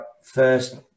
first